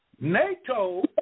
NATO